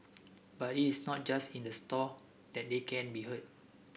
but is not just in the store that they can be heard